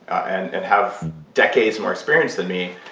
and and have decades more experience than me.